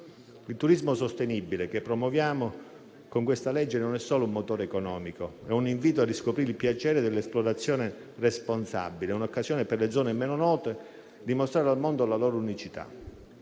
Il turismo sostenibile che promuoviamo con il presente disegno di legge non è solo un motore economico, è un invito a riscoprire il piacere dell'esplorazione responsabile e l'occasione per le zone meno note di mostrare al mondo la loro unicità.